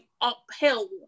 uphill